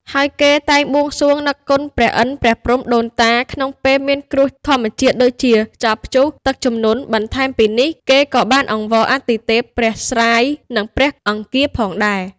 ហើយគេតែងបួងសួងនឹកគុណព្រះឥន្ទ ព្រះព្រហ្ម ដូនតា ក្នុងពេលមានគ្រោះធម្មជាតិដូចជាខ្យល់ព្យុះ ទឹកជំនន់ បន្ថែមពីនេះគេក៏បានអង្វរអាទិទេព ព្រះស្រាយ និងព្រះអង្គារផងដែរ។